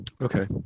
okay